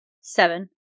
Seven